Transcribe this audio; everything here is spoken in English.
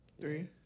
three